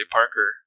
Parker